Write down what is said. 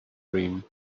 dream